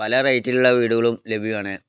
പല റെയ്റ്റിലുള്ള വീടുകളും ലഭ്യാണ്